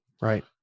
right